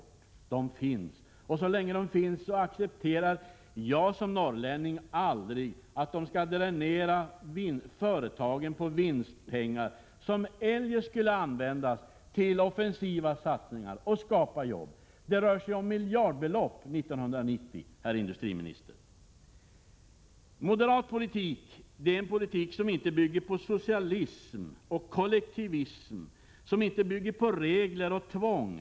De finns, och så länge de finns kommer jag som norrlänning aldrig att acceptera att de skall dränera företagen på vinstmedel som eljest skulle kunna användas till offensiva satsningar och skapa jobb. Det kommer att röra sig om miljardbelopp år 1990, herr industriminister. Moderat politik är en politik som inte bygger på socialism och kollektivism och som inte bygger på regler och tvång.